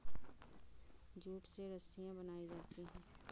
jute से रस्सियां बनायीं जाती है